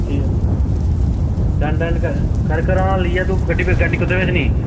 ठीक ऐ done done कर आं ली आ तूं गड्डी फिर गड्डी कुत्थै भेजनी